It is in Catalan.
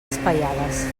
espaiades